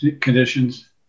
conditions